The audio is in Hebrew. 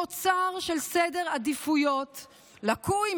תוצר של סדר עדיפויות לקוי,